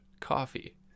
coffee